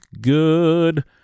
good